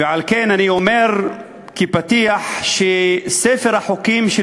ועל כן אני אומר כפתיח שספר החוקים של